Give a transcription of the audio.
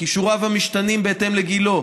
כישוריו המשתנים בהתאם לגילו,